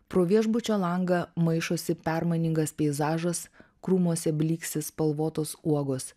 pro viešbučio langą maišosi permainingas peizažas krūmuose blyksi spalvotos uogos